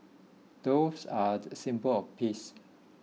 doves are the symbol of peace